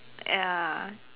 ya